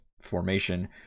formation